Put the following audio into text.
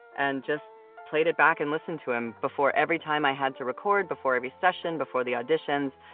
and just played it back and listened to him before every time i had to record, before every session, before the auditions.